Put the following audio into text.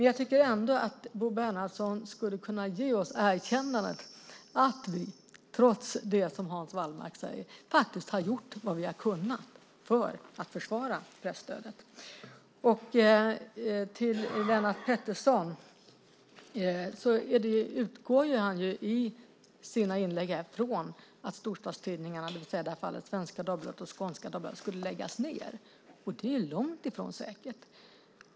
Jag tycker ändå att Bo Bernhardsson skulle kunna ge oss det erkännandet att vi, trots det som Hans Wallmark säger, faktiskt har gjort vad vi har kunnat för att försvara presstödet. Lennart Pettersson utgår i sina inlägg ifrån att storstadstidningarna, i det här fallet Svenska Dagbladet och Skånska Dagbladet, skulle läggas ned, och det är ju långt ifrån säkert.